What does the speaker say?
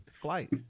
flight